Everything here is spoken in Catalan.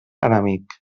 enemic